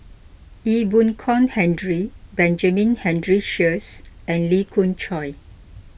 Ee Boon Kong Henry Benjamin Henry Sheares and Lee Khoon Choy